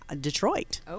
Detroit